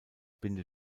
binde